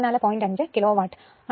5 kilowatt ആകുമലോ